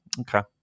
okay